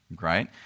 right